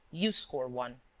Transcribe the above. you score one.